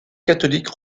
catholique